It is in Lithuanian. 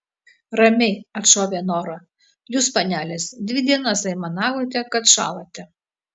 ramiai atšovė nora jūs panelės dvi dienas aimanavote kad šąlate